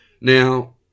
Now